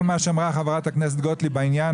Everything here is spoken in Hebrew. כל מה שאמרה חברת הכנסת גוטליב בעניין,